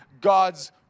God's